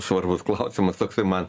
svarbus klausimas toksai man